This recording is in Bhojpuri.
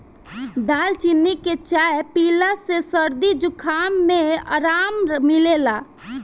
दालचीनी के चाय पियला से सरदी जुखाम में आराम मिलेला